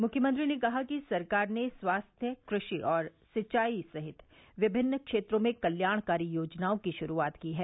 मुख्यमंत्री ने कहा कि सरकार ने स्वास्थ्य कृषि और सिंचाई सहित विभिन्न क्षेत्रों में कल्याणकारी योजनाओं की शुरूआत की है